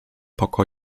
poko